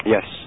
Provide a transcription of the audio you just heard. Yes